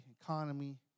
economy